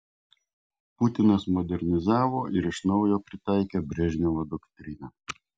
putinas modernizavo ir iš naujo pritaikė brežnevo doktriną